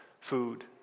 food